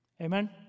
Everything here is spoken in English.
Amen